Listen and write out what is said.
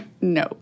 no